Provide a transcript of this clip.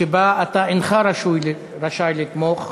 שבה אתה אינך רשאי לתמוך.